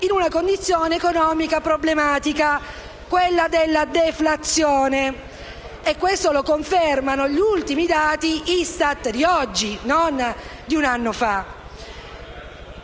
in una condizione economica problematica: quella della deflazione. Questo lo confermano gli ultimi dati ISTAT di oggi, e non di un anno fa.